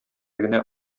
генә